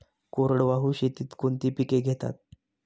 कोरडवाहू शेतीत कोणती पिके घेतात?